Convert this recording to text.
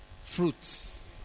fruits